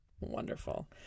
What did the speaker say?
Wonderful